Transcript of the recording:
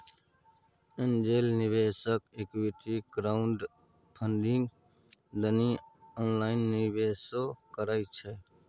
angel निवेशक equity crowdfunding दनी online निवेशो करइ छइ